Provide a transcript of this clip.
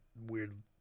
weird